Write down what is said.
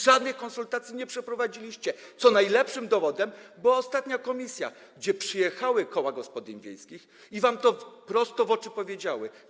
Żadnych konsultacji nie przeprowadziliście, czego najlepszym dowodem było ostatnie posiedzenie komisji, na które przyjechały koła gospodyń wiejskich i wam to prosto w oczy powiedziały.